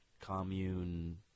commune